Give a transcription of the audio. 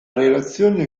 relazione